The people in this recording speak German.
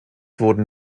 wurden